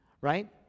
Right